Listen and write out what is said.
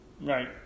Right